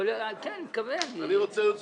אני רוצה להביא לך,